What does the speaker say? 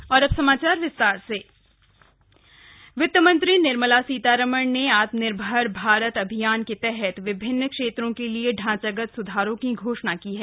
आर्थिक पैकेज वित्त मंत्री निर्मला सीतारमन ने आत्मनिर्भर भारत अभियान के तहत विभिन्न क्षेत्रों के लिए ढांचागत सुधारों की घोषणा की है